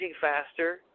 faster